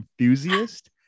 enthusiast